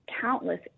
countless